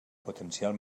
potencial